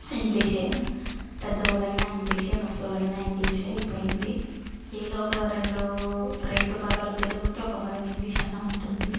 ఇంగ్లీషే పెద్దోళ్ళైనా ఇంగ్లీషే ముసలోళ్ళైనా ఇంగ్లీషే అయిపోయింది ఏదోఒక రెండు రెండు పదాలు తెలుగుంటే ఒక పదం ఇంగ్లీష్ అన్నా ఉంటుంది